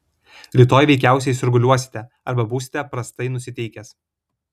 rytoj veikiausiai sirguliuosite arba būsite prastai nusiteikęs